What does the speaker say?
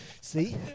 See